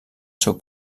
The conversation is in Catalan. seu